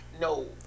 No